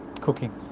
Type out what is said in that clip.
cooking